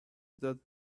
that